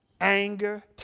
Anger